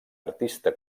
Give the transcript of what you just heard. artista